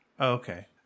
okay